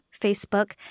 Facebook